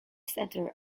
centre